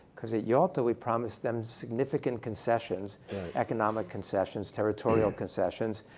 because at yalta, we promised them significant concessions economic concessions, territorial concessions.